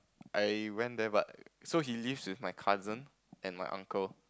I went there but so he lives with my cousin and my uncle